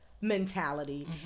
mentality